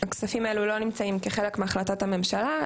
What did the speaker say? הכספים האלו לא נמצאים כחלק מהחלטת הממשלה.